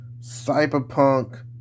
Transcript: cyberpunk